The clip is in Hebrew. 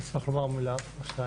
אני אשמח לומר מילה או שתיים.